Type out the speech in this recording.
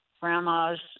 grandma's